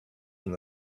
from